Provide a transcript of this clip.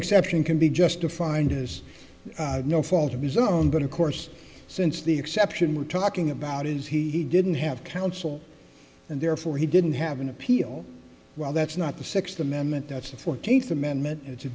exception can be justified has no fault of his own but of course since the exception we're talking about is he didn't have counsel and therefore he didn't have an appeal well that's not the sixth amendment that's the fourteenth amendment it's a